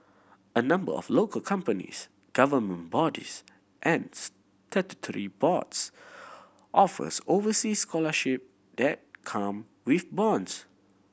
a number of local companies government bodies and statutory boards offers overseas scholarship that come with bonds